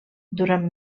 durant